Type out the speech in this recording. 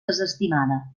desestimada